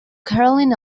caroline